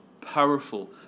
powerful